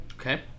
Okay